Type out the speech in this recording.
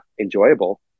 enjoyable